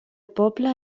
poble